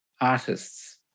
Artists